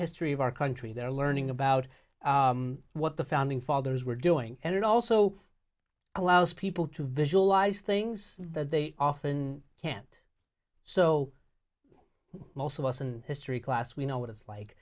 history of our country they're learning about what the founding fathers were doing and it also allows people to visualize things that they often can't so most of us in history class we know what it's like